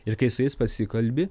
ir kai su jais pasikalbi